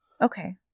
Okay